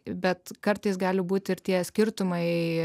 bet kartais gali būti ir tie skirtumai